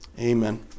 amen